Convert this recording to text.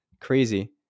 crazy